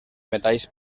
metalls